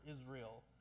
Israel